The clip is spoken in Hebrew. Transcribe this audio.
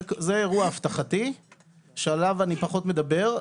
זה אירוע אבטחתי שעליו אני פחות מדבר.